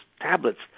tablets